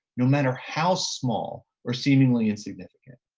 no matter how small or seemingly insignificant,